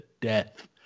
death